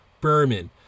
Berman